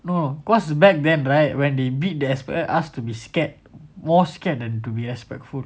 no cause back then right when they beat they expect us to be scared more scared than respectful